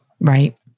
Right